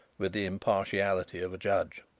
with the impartiality of a judge.